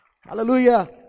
hallelujah